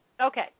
Okay